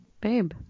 babe